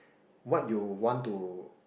what you want to